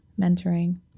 mentoring